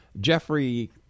Jeffrey